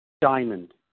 diamond